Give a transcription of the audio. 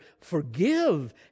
forgive